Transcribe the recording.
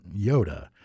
Yoda